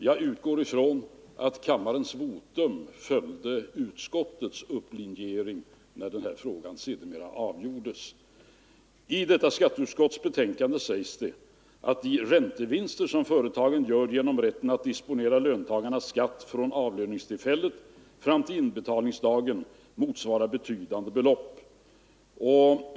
Jag utgår från att kammarens votum följde utskottets upplinjering när den här frågan sedermera avgjordes. I detta skatteutskottets betänkande sägs det att ”de räntevinster som företagen gör genom rätten att disponera löntagarnas skatt från avlöningstillfället fram till inbetalningsdagen motsvarar betydande belopp”.